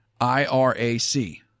I-R-A-C